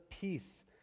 peace